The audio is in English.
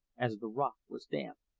as the rock was damp.